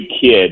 kid